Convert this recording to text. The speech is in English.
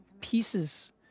pieces